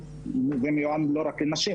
זה מיועד לא רק לנשים,